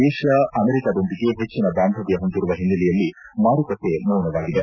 Asia ಅಮೆರಿಕಾದೊಂದಿಗೆ ಹೆಚ್ಚನ ಬಾಂಧವ್ಯ ಹೊಂದಿರುವ ಹಿನ್ನೆಲೆಯಲ್ಲಿ ಮಾರುಕಟ್ಟೆ ಮೌನವಾಗಿದೆ